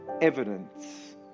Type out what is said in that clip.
evidence